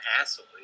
asshole